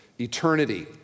eternity